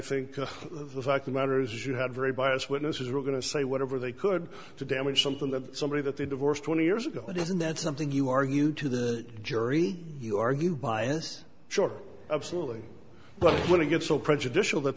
think the fact of matter is you had a very biased witnesses were going to say whatever they could to damage something that somebody that they divorced twenty years ago but isn't that something you argue to the jury you argue bias sure absolutely but when it gets so prejudicial that